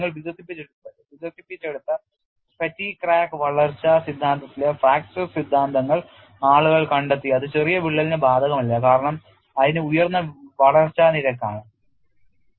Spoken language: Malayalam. നിങ്ങൾ വികസിപ്പിച്ചെടുത്ത fatigue crack വളർച്ചാ സിദ്ധാന്തത്തിലെ fracture സിദ്ധാന്തങ്ങൾ ആളുകൾ കണ്ടെത്തിഅത് ചെറിയ വിള്ളലിന് ബാധകമല്ല കാരണം അതിനു ഉയർന്ന വളർച്ചാ നിരക്ക് ആണ്